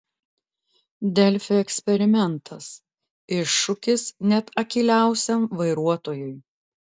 delfi eksperimentas iššūkis net akyliausiam vairuotojui